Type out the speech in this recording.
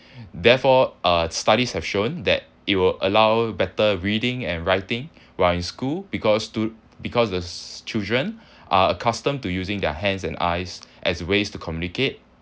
therefore uh studies have shown that it will allow better reading and writing while in school because to because the s~ children are accustomed to using their hands and eyes as ways to communicate